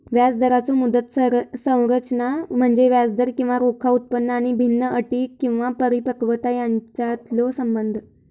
व्याजदराचो मुदत संरचना म्हणजे व्याजदर किंवा रोखा उत्पन्न आणि भिन्न अटी किंवा परिपक्वता यांच्यातलो संबंध